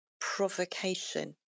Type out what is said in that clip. provocation